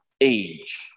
age